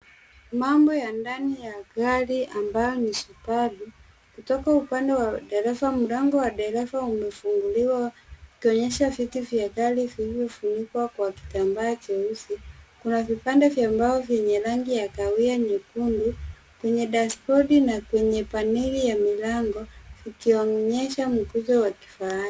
Mambo ya ndani ya gari ambayo ni subaru, kutoka upande wa dereva, mlango wa dereva umefunguliwa, ukionyesha viti vya gari vimefunikwa kwa kitambaa nyeusi. Kuna vipande vya mbao vyenye rangi ya kahawia nyekundu kwenye dashbodi na kwenye paneli ya milango ikionyesha mkuzo wa kifahari.